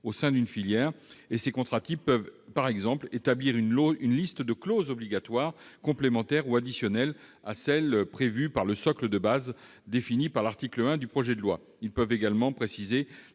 au sein d'une filière. Ils peuvent, par exemple, établir une liste de clauses obligatoires complémentaires ou additionnelles à celles que prévoit le socle de base défini par l'article 1 du projet de loi. Ils peuvent également préciser